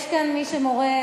יש כאן מי שמורה.